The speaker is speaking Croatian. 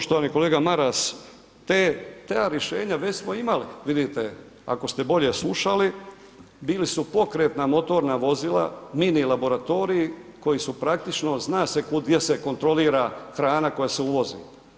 Poštovani kolega Maras, ta rješenja, već smo imali, vidite, ako ste bolje slušali, bili su pokretna motorna vozila, mini laboratoriji koji su praktično, zna se, gdje se kontrolira hrana koja se uvozi.